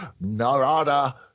Narada